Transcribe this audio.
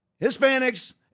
Hispanics